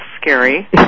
scary